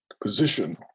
position